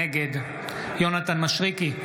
נגד יונתן מישרקי,